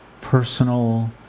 personal